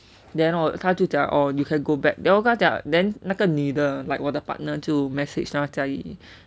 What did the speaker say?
then oh 她就讲:tae jiu jiang oh you can go back liao then 我就跟她讲:wo jiu gen tae jiang then 那个女的 like 我的 partner 就 message 那他就讲